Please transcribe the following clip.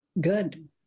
good